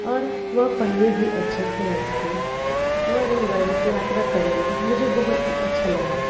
और वह पहिये भी अच्छे थे उसके रेलगाड़ी से यात्रा करने में मुझे बहुत ही अच्छा लगा